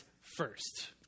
first